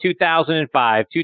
2005